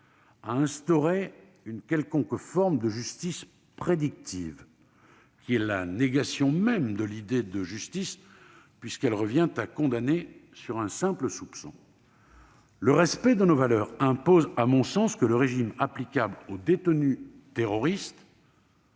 à instaurer une quelconque forme de justice prédictive : celle-ci est la négation de l'idée même de justice puisqu'elle revient à condamner sur un simple soupçon. Le respect de nos valeurs impose, à mon sens, que le régime applicable aux détenus terroristes